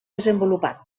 desenvolupat